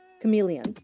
Chameleon